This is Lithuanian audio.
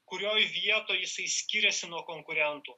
kurioj vietoj jisai skiriasi nuo konkurentų